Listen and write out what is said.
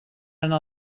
anar